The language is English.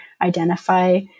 identify